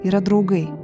yra draugai